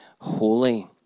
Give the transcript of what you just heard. holy